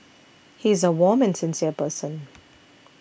he is a warm and sincere person